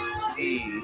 see